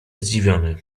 zdziwiony